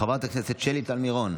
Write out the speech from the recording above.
חברת הכנסת שלי טל מירון.